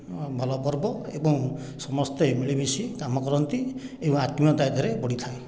ଭଲ ପର୍ବ ଏବଂ ସମସ୍ତେ ମିଳିମିଶି କାମ କରନ୍ତି ଏବଂ ଅତ୍ମୀୟତା ଏଥିରେ ବଢ଼ିଥାଏ